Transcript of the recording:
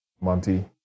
Monty